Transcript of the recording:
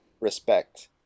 respect